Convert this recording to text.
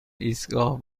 ایستگاه